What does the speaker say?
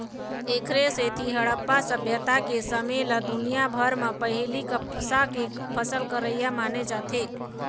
एखरे सेती हड़प्पा सभ्यता के समे ल दुनिया भर म पहिली कपसा के फसल करइया माने जाथे